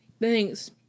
Thanks